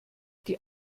die